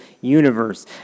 universe